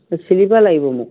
sleeper লাগিব মোক